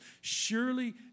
Surely